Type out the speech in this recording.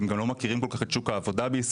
הם גם לא מכירים כל כך את שוק העבודה בישראל,